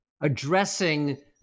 addressing